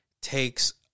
takes